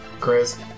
Chris